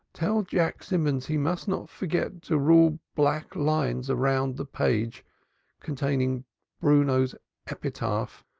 tell jack simmonds he must not forget to rule black lines around the page containing bruno's epitaph.